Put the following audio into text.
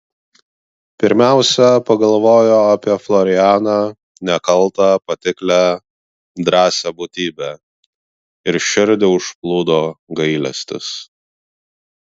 pirmiausia pagalvojo apie florianą nekaltą patiklią drąsią būtybę ir širdį užplūdo gailestis